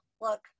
look